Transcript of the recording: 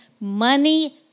money